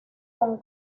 con